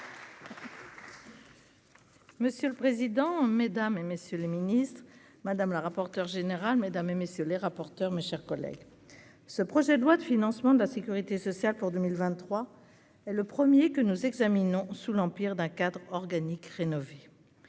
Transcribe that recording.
Monsieur le président, Mesdames et messieurs les Ministres, madame la rapporteure générale, mesdames et messieurs les rapporteurs, mes chers collègues, ce projet de loi de financement de la Sécurité sociale pour 2023 et le premier que nous examinons sous l'empire d'un cadre organique rénové,